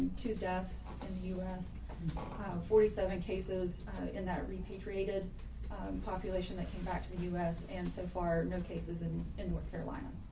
two deaths in the us ah kind of forty seven cases in that repatriated population that came back to the us and so far no cases in in north carolina.